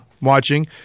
watching